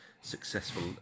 successful